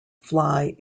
fly